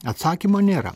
atsakymo nėra